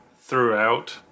throughout